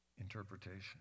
interpretation